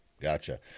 gotcha